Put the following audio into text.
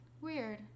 Weird